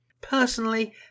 Personally